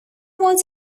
was